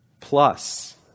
Plus